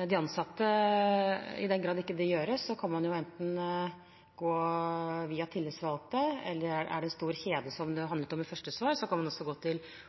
I den grad det ikke gjøres, kan de ansatte gå via tillitsvalgte, og hvis det er en stor kjede, som det handlet om i første svar, kan man også gå